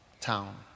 town